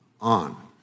on